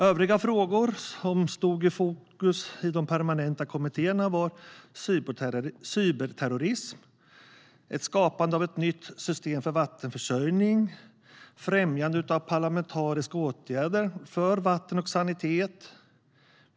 Övriga frågor som stod i fokus i de permanenta kommittéerna var cyberterrorism, skapande av ett nytt system för vattenförsörjning och främjande av parlamentariska åtgärder för vatten och sanitet.